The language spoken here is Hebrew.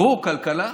ברור, כלכלה,